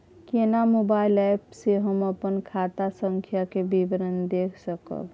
केना mobile app से हम अपन खाता संख्या के विवरण देख सकब?